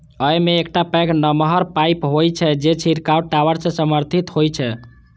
अय मे एकटा पैघ नमहर पाइप होइ छै, जे छिड़काव टावर सं समर्थित होइ छै